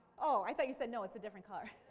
oh, i thought you said, no, it's a different color.